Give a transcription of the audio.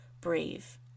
brave